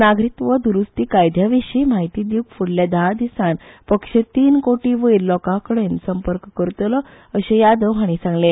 नागरिकत्व द्रुस्ती कायद्याविशी म्हायती दिवंक फुडल्या धा दिसांन पक्ष तीन कोटी वयर लोकांकडेन संपर्क करतलो अशे यादव हाणी सांगले